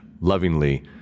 lovingly